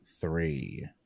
three